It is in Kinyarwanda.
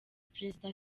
perezida